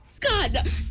God